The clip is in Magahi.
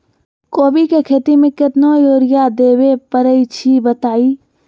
कोबी के खेती मे केतना यूरिया देबे परईछी बताई?